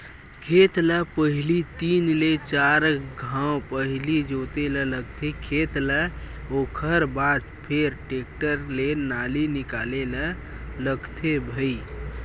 खेत ल पहिली तीन ले चार घांव पहिली जोते ल लगथे खेत ल ओखर बाद फेर टेक्टर ले नाली निकाले ल लगथे भई